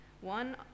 one